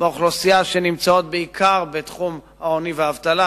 באוכלוסייה שנמצאות בעיקר בתחום העוני והאבטלה,